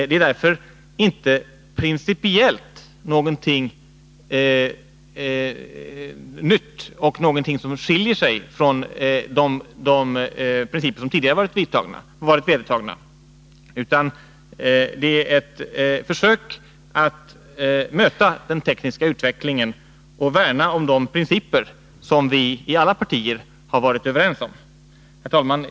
Det är därför principiellt inte något nytt eller någonting som skiljer sig från de principer som tidigare har varit vedertagna, utan det är ett försök att möta den tekniska utvecklingen och värna om de principer som vi i alla partier har varit överens om. Herr talman!